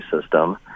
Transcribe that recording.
system